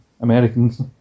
Americans